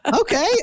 Okay